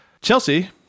Chelsea